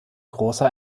großer